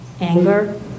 anger